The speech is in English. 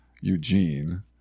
Eugene